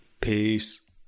Peace